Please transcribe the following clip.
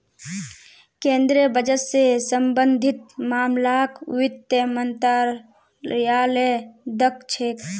केन्द्रीय बजट स सम्बन्धित मामलाक वित्त मन्त्रालय द ख छेक